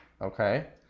okay